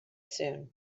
soon